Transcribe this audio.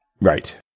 Right